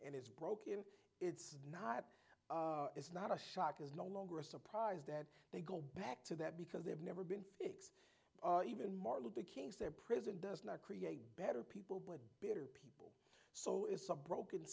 and it's broken it's not it's not a shock is no longer a surprise that they go back to that because they've never been fix even martin luther king's their prison does not create better people but better people so it's a broken